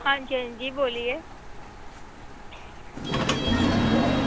हां जी हांजी बोलिए